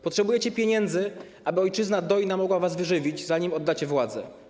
Potrzebujecie pieniędzy, aby ojczyzna dojna mogła was wyżywić, zanim oddacie władzę.